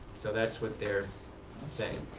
so that's what they're saying.